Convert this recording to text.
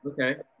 Okay